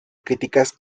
críticas